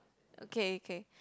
okay okay